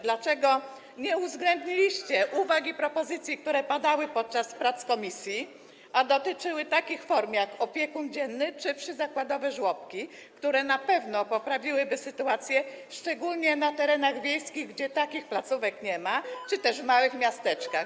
Dlaczego nie uwzględniliście uwag i propozycji, które padały podczas prac komisji, a dotyczyły takich form jak opiekun dzienny czy przyzakładowe żłobki, które na pewno poprawiłyby sytuację, szczególnie na terenach wiejskich, gdzie takich placówek nie ma, czy też w małych miasteczkach?